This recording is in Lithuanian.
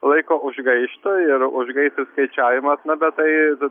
laiko užgaišta ir užgaištas skaičiavimas ne bet tai